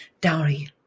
Dowry